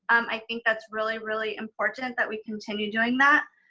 i think that's really, really important that we continue doing that.